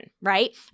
right